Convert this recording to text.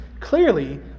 Clearly